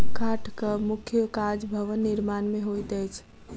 काठक मुख्य काज भवन निर्माण मे होइत अछि